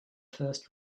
first